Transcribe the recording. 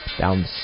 down